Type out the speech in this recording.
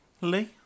Lee